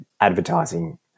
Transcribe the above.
advertising